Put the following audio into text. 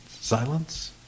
Silence